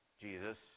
Jesus